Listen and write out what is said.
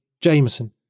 Jameson